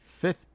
fifth